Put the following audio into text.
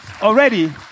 already